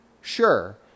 Sure